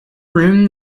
room